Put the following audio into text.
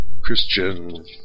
Christian